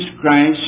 Christ